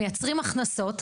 מייצרים הכנסות.